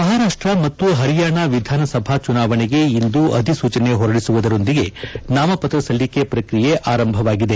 ಮಹಾರಾಷ್ಟ್ರ ಮತ್ತು ಹರಿಯಾಣ ವಿಧಾನಸಭಾ ಚುನಾವಣೆಗೆ ಇಂದು ಅಧಿಸೂಚನೆ ಹೊರದಿಸುವದರೊಂದಿಗೆ ನಾಮಪತ್ರ ಸಲ್ಲಿಕೆ ಪ್ರಕ್ರಿಯೆ ಆರಂಭವಾಗಿದೆ